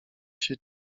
się